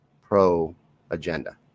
pro-agenda